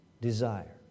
Desire